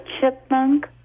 chipmunk